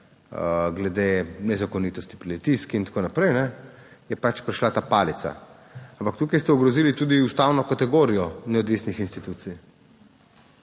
glede nezakonitosti, pritiski in tako naprej, je pač prišla ta palica. Ampak tukaj ste ogrozili tudi ustavno kategorijo neodvisnih institucij,